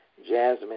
Jasmine